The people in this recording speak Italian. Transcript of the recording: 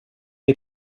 dei